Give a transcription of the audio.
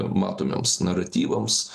matomiems naratyvams